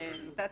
שנתת